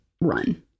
run